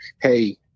hey